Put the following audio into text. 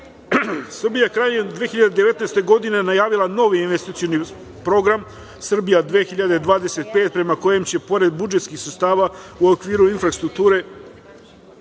je krajem 2019. godine najavila novi investicioni program „Srbija 2025“ prema kojem će pored budžetskih sredstava u okviru infrastrukture